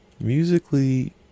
Musically